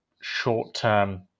short-term